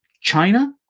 China